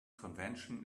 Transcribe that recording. convention